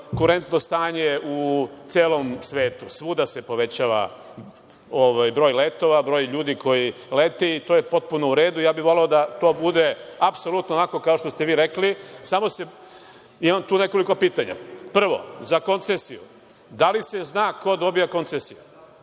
konkurentno stanje u celom svetu. Svuda se povećava broj letova, broj ljudi koji leti i to je potpuno u redu, ja bih voleo da to bude apsolutno onako kao što ste vi rekli. Samo imam tu nekoliko pitanja. Prvo, za koncesiju – da li se zna ko dobija koncesiju?